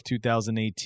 2018